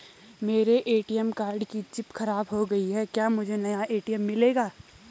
मेरे ATM card की chip खराब हो गयी है क्या मुझे नया ए.टी.एम मिलेगा?